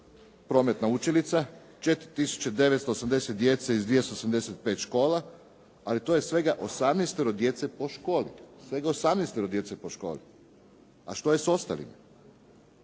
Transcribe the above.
"Prometna učilica". 4980 djece iz 275 škola, ali to je svega 18 djece po školi. A što je s ostalima?